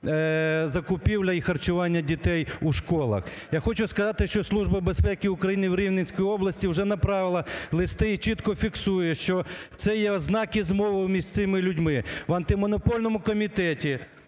закупівля і харчування дітей у школах. Я хочу сказати, що Служба безпека України у Рівненській області вже направила листи і чітко фіксує, що це є ознаки змови між цими людьми. В Антимонопольному комітеті